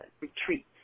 retreat